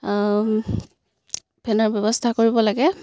ফেনৰ ব্যৱস্থা কৰিব লাগে